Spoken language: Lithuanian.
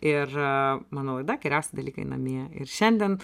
ir mano laida geriausi dalykai namie ir šiandien